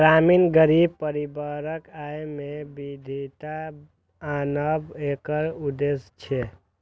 ग्रामीण गरीब परिवारक आय मे विविधता आनब एकर उद्देश्य छियै